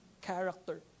character